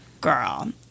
girl